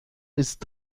ist